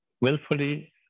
willfully